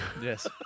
Yes